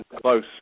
close